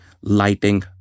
lighting